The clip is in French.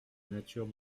nature